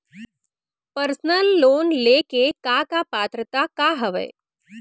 Personal loan ले के का का पात्रता का हवय?